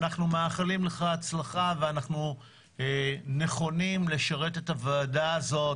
אנחנו מאחלים לך הצלחה ואנחנו נכונים לשרת את הוועדה הזאת